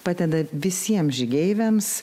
padeda visiems žygeiviams